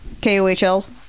K-O-H-L's